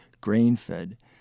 grain-fed